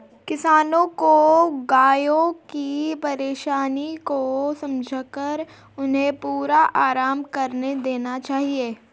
किसानों को गायों की परेशानियों को समझकर उन्हें पूरा आराम करने देना चाहिए